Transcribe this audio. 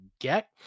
get